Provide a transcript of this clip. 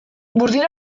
burdin